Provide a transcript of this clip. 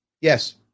Yes